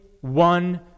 one